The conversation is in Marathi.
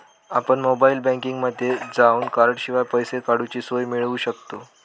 आपण मोबाईल बँकिंगमध्ये जावन कॉर्डशिवाय पैसे काडूची सोय मिळवू शकतव